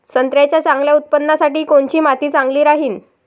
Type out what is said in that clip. संत्र्याच्या चांगल्या उत्पन्नासाठी कोनची माती चांगली राहिनं?